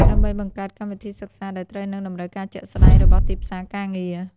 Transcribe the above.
ដើម្បីបង្កើតកម្មវិធីសិក្សាដែលត្រូវនឹងតម្រូវការជាក់ស្តែងរបស់ទីផ្សារការងារ។